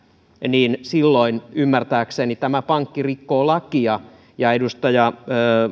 niin silloin ymmärtääkseni tämä pankki rikkoo lakia ja